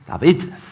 David